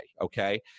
okay